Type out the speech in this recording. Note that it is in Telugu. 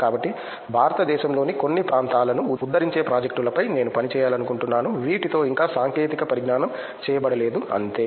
కాబట్టి భారతదేశంలోని కొన్ని ప్రాంతాలను ఉద్ధరించే ప్రాజెక్టులపై నేను పని చేయాలనుకుంటున్నాను వీటితో ఇంకా సాంకేతిక పరిజ్ఞానం చేయబడలేదు అంతే